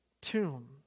tomb